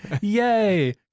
Yay